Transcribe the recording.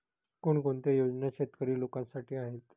कोणकोणत्या योजना शेतकरी लोकांसाठी आहेत?